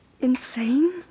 insane